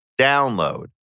download